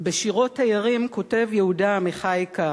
בשירו "תיירים" כותב יהודה עמיחי כך: